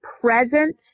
present